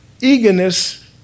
eagerness